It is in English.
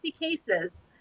cases